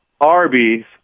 Arby's